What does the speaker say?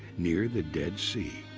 near the dead sea.